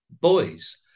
boys